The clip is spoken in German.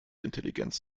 intelligenz